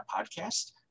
podcast